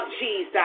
Jesus